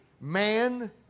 man